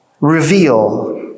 reveal